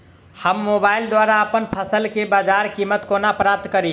हम मोबाइल द्वारा अप्पन फसल केँ बजार कीमत कोना प्राप्त कड़ी?